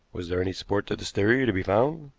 was there any support to this theory to be found?